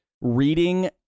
reading